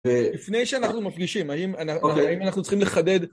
לפני שאנחנו מפגישים, האם אנחנו צריכים לחדד